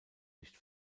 nicht